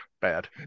bad